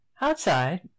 Outside